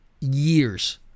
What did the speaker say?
years